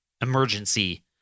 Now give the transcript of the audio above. emergency